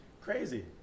Crazy